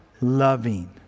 loving